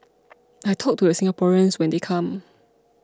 I talk to the Singaporeans when they come